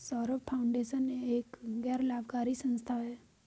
Saurabh foundation एक गैर लाभकारी संस्था है